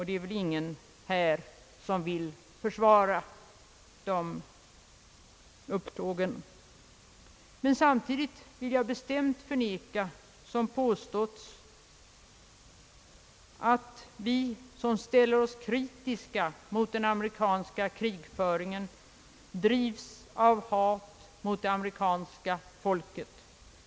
Det är väl ingen här som vill försvara sådana upptåg, men jag vill samtidigt bestämt förneka, som från olika håll påståtts, att vi som ställer oss kritiska mot den amerikanska krigföringen drivs av hat mot det amerikanska folket.